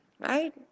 right